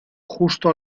justo